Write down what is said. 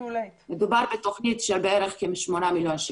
מדובר בתוכנית של בערך שמונה מיליון שקל.